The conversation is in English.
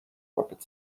rocket